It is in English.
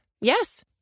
Yes